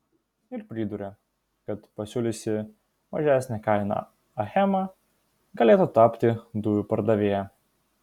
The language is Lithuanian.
ir priduria kad pasiūliusi mažesnę kainą achema galėtų tapti dujų pardavėja